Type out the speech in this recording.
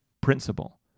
principle